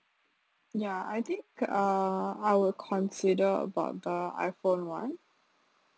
ya I think uh I will consider about the iPhone [one]